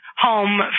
Home